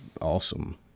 awesome